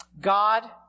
God